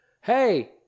hey